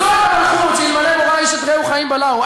זו המלכות שאלמלא מוראה איש את רעהו חיים בלעו.